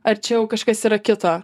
arčiau kažkas yra kito